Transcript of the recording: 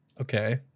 Okay